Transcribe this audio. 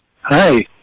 Hi